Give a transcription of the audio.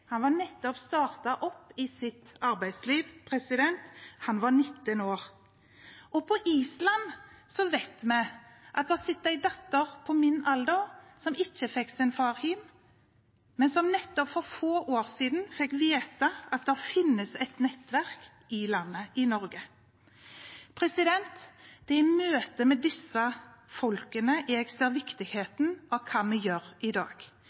Han hadde nettopp startet sitt arbeidsliv; han var 19 år. På Island vet vi at det sitter en datter på min alder som ikke fikk sin far hjem, men som for få år siden fikk vite at det finnes et nettverk i Norge. Det er i møtet med disse menneskene jeg ser viktigheten av hva vi gjør i dag